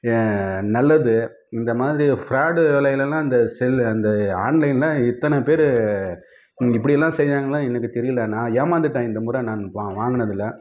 நல்லது இந்த மாதிரி ஃபிராடு வேலைகளெல்லாம் இந்த செல் இந்த ஆன்லைனில் இத்தனை பேர் இப்படி எல்லாம் செஞ்சாங்கன்னால் எனக்கு தெரியல நான் ஏமாந்துவிட்டேன் இந்தமுறை நான் வா வாங்குனதில்